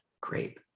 great